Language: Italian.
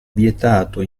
vietato